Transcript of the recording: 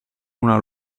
una